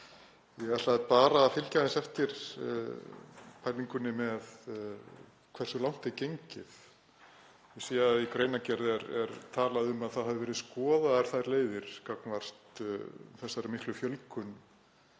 Ég ætla bara að fylgja aðeins eftir pælingunni um hversu langt er gengið. Ég sé að í greinargerð er talað um að skoðaðar hafi verið þær leiðir gagnvart þessari miklu fjölgun